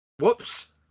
Whoops